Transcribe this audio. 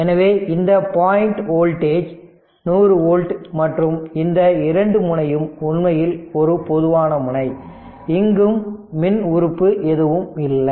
எனவே இந்த point voltage 100 volt மற்றும் இந்த இரண்டு முனையும் உண்மையில் ஒரு பொதுவான முனை இங்கும் மின் உறுப்பு எதுவும் இல்லை